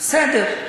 בסדר.